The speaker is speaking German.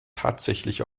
tatsächlich